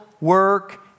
work